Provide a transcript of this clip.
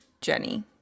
Jenny